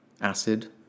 acid